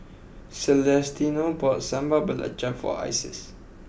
Celestino bought Sambal Belacan for Isis